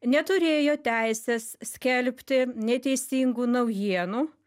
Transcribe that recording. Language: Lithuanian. neturėjo teisės skelbti neteisingų naujienų